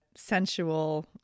sensual